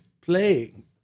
playing